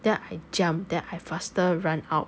then I jump then I faster run out